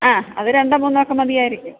ആ അത് രണ്ടോ മൂന്നോ ഒക്കെ മതിയായിരിക്കും